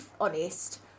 honest